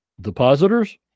Depositors